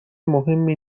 مهمی